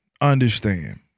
understand